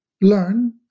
learn